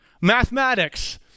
Mathematics